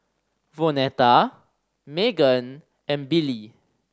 Vonetta Meghan and Billie